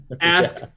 Ask